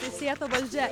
teisėta valdžia